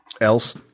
else